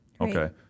Okay